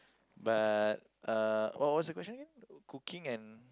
but uh what was the question again cooking and